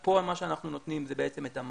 פה מה שאנחנו נותנים זה את המענה